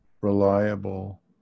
reliable